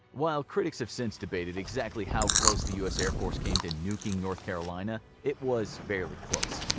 while critics have since debated exactly how close the u s airforce came to nuking north carolina, it was fairly close.